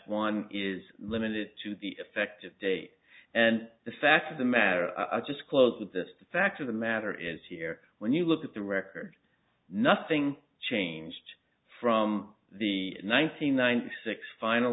one is limited to the effective date and the fact of the matter i'll just close with this the fact of the matter is here when you look at the record nothing changed from the nine hundred ninety six final